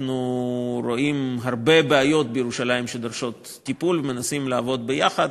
אנחנו רואים הרבה בעיות בירושלים שדורשות טיפול ומנסים לעבוד ביחד.